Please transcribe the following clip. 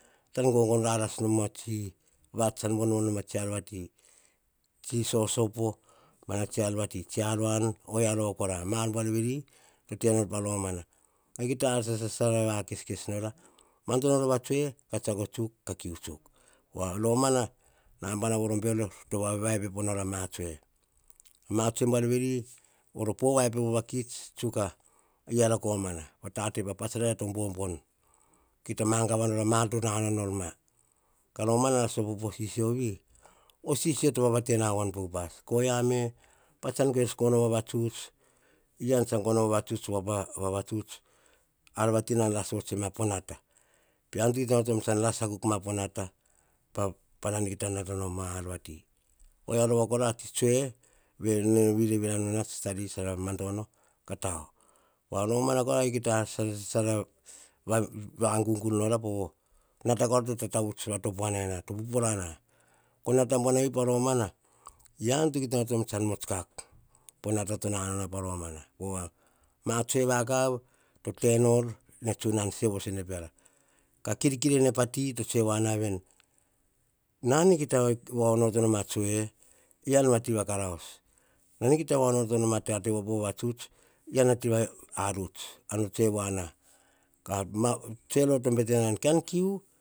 Tsan gogona raras noma tsi vats, tsom vonvon nom a tsi ar vati, tsi sosopo, mana tsi aruan, oyia rova kora, ma ar buar veri to tenor pa romana. Kita ar sasa, tsara va keskes nora. Ma dono rova tsoe, ka tsiako tsuk, ka kiu tsuk. Ma dono rova tsoe, ka tsiako tsuk, ka kiu tsuk. Pova romana, naba voro bero to va epepo nor ar ma tsoe. Ma tsoe buar veri, voro pe va epepo vakits, tsuk eara komana. Pova pat naranara to bobon, kita magava nora ma ar to nanao nor ma. Ka romana nara sopo sisio vi, sisio to vavate na vo an pa upas. Ko oyia me, tsan kes gono o vavatuts, voa pa vavatuts, ar vati, nan ras vots ema po nata. Ean to kita onoto nom tsan ras akuk ma o nata, panan kita nata nom ar vati. Oyia rova kora, a tsi tsoe, vei nene viravira nu nats tsara, tsara madono ka tao. Pova romana kita an sasa tsara va gugur nora, povo nata karo to tatavuts va topuanaena, to pupurana. Vei pa romana, ean to kita onoto nom tsan muts kak, po nata to nanao noma pa romana. Pova, ma tsoe vakav, to tenor ne tsunan sevosone piara. Ka kirkir pa ti to tsoe voana veni, nan kita va onoto nom a tsue, ean a ti va karaus, ean to kita vaonoto nom a tate po vavatuts, ean a ti va aruts. Tsoe rova to bete na, kan kiu